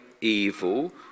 evil